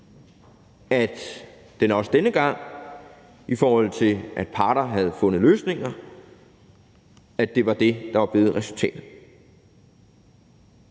at det også denne gang, i forhold til at parter havde fundet løsninger, var det, der var blevet resultatet.